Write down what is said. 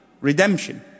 redemption